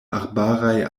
arbaraj